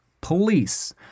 police